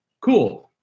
cool